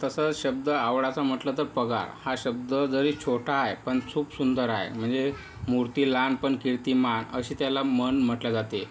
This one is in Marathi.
तसा शब्द आवडीचा म्हटला तर पगार हा शब्द जरी छोटा आहे पण खूप सुंदर आहे म्हणजे मूर्ती लहान पण कीर्ती महान अशी त्याला म्हण म्हटली जाते